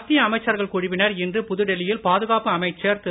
மத்திய அமைச்சர்கள் குழுவினர் இன்று புதுடில்லி யில் பாதுகாப்பு அமைச்சர் திரு